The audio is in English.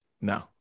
no